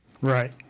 Right